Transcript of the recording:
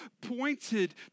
pointed